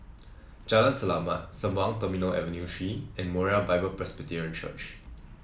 Jalan Selamat Sembawang Terminal Avenue Three and Moriah Bible Presby Church